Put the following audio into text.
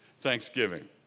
thanksgiving